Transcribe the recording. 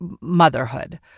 motherhood